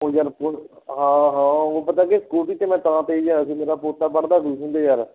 ਉਹ ਯਾਰ ਸੁਣ ਹਾਂ ਹਾਂ ਉਹ ਪਤਾ ਕੀ ਸਕੂਟਰੀ 'ਤੇ ਮੈਂ ਤਾਂ ਤੇਜ਼ ਗਿਆ ਸੀ ਮੇਰਾ ਪੋਤਾ ਪੜ੍ਹਦਾ ਟਊਸ਼ਨ 'ਤੇ ਯਾਰ